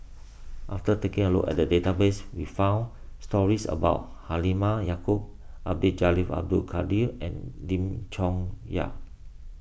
after taking a look at the database we found stories about Halimah Yacob Abdul Jalil Abdul Kadir and Lim Chong Yah